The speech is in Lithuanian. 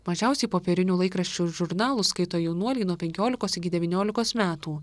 mažiausiai popierinių laikraščių žurnalų skaito jaunuoliai nuo penkiolikos iki devyniolikos metų